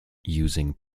using